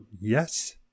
yes